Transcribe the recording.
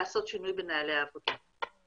לעשות שינוי בנהלי העבודה.